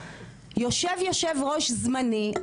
יושב יושב-ראש זמני,